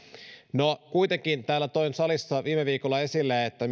no kuitenkin toin salissa viime viikolla esille että